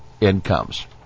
incomes